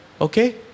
Okay